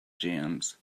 jams